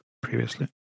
previously